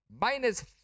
minus